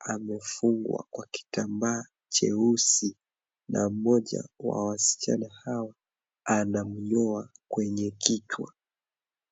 amefungwa kwa kitambaa cheusi na moja wa wasichana hao anamnyoa kwenye kichwa.